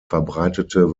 verbreitete